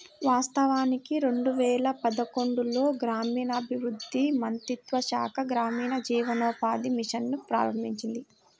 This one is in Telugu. వాస్తవానికి రెండు వేల పదకొండులో గ్రామీణాభివృద్ధి మంత్రిత్వ శాఖ గ్రామీణ జీవనోపాధి మిషన్ ను ప్రారంభించింది